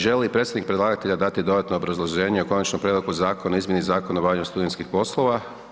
Želi li predstavnik predlagatelja dati dodatno obrazloženje o Konačnom prijedlogu zakona o izmjeni Zakona o obavljanju studentskih poslova?